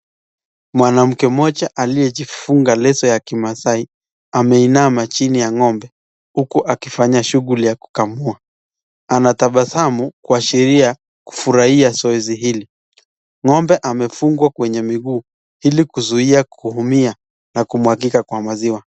Mwanamke mmoja aliyejifunga leso ya kimaasai, ameinama chini ya ng'ombe huku akifanya shughuli ya kukamua, anatabasamu kuashiria kufurahia zoezi hili, ng'ombe amefungwa kwenye miguu ili kuzuia kuumia na kumwagika kwa maziwa.